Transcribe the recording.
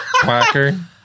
quacker